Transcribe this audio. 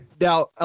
Now